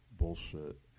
Bullshit